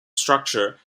structure